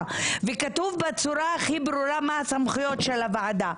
וכתוב בצורה הכי ברורה מה הסמכויות של הוועדה.